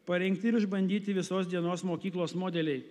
parengti ir išbandyti visos dienos mokyklos modeliai